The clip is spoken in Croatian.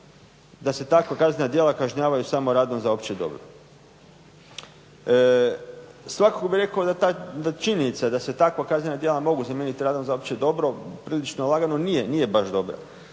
da se takva kaznena djela kažnjavaju samo radom za opće dobro. Svakako bih rekao da činjenica da se takva kaznena djela mogu zamijeniti radom za opće dobro prilično lagano, nije baš dobro.